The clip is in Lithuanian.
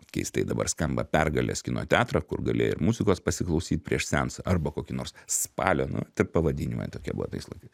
keistai dabar skamba pergalės kino teatrą kur galėjai ir muzikos pasiklausyt prieš seansą arba kokį nors spalį nu tie pavadinimai tokie buvo tais laikais